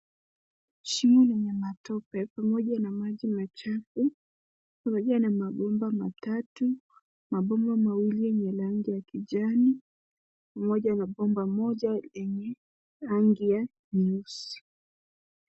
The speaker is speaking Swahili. Shimo lenye matope pamoja na maji machafu, pamoja na mabomba matatu, mabomba mawili yenye rangi ya kijani pamoja na bomba moja yenye rangi ya nyeusi.